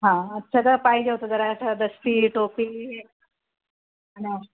हां असं सगळं पाहिजे होतं जरा बस्ती टोपी हां